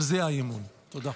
על זה האי-אמון, תודה.